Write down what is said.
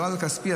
לא כספי,